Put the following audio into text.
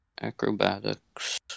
Acrobatics